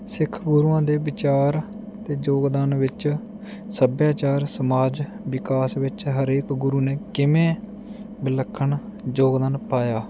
ਸਿੱਖ ਗੁਰੂਆਂ ਦੇ ਵਿਚਾਰ ਅਤੇ ਯੋਗਦਾਨ ਵਿੱਚ ਸੱਭਿਆਚਾਰ ਸਮਾਜ ਵਿਕਾਸ ਵਿੱਚ ਹਰੇਕ ਗੁਰੂ ਨੇ ਕਿਵੇਂ ਵਿਲੱਖਣ ਯੋਗਦਾਨ ਪਾਇਆ